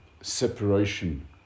separation